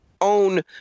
own